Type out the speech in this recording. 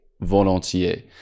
volontiers